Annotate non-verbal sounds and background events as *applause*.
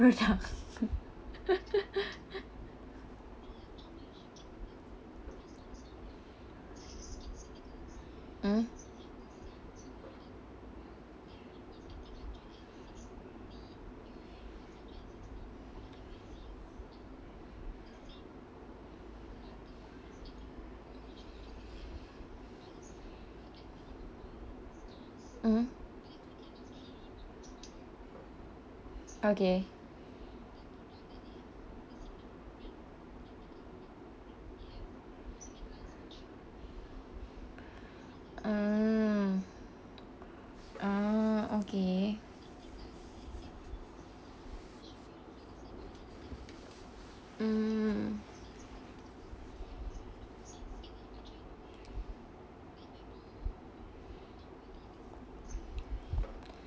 *laughs* mm mmhmm okay mm ah okay mm